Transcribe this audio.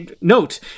Note